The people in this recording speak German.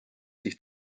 sich